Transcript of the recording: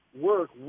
work